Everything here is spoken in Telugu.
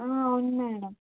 అవును మేడమ్